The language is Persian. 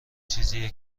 چیزیه